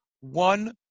one